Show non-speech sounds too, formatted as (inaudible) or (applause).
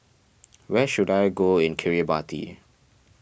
(noise) where should I go in Kiribati